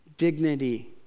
Dignity